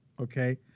okay